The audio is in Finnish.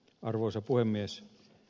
arvoisa puhemies